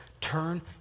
Turn